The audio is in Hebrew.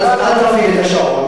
אז אל תפעיל את השעון,